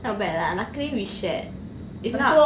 not bad lah luckily we shared if not